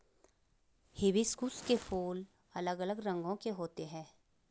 hibiscus के फूल अलग अलग रंगो के होते है